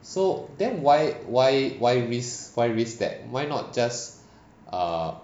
so then why why why risk why risk that why not just err